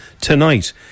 tonight